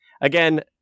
again